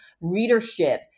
readership